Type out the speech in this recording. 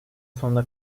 sonuna